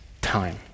time